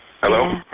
Hello